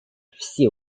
все